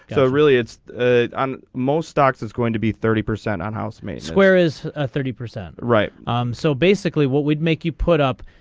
so really it's it on most stocks is going to be thirty percent on house may square is a thirty percent right so basically what would make you put up.